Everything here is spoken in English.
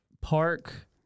Park